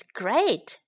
great